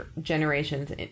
generations